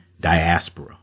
Diaspora